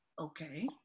Okay